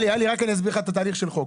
עלי, רק אני אסביר לך את התהליך של חוק.